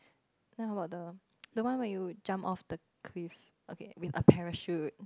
then how about the the one where you jump off the cliff okay with a parachute